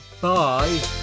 bye